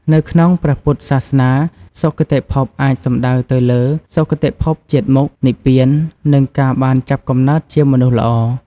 នៅក្នុងព្រះពុទ្ធសាសនា សុគតិភពអាចសំដៅទៅលើ៖ សុគតិភពជាតិមុខ និព្វាន និងការបានចាប់កំណើតជាមនុស្សល្អ ។